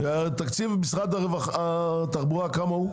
תקציב משרד התחבורה, כמה הוא?